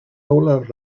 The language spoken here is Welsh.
olaf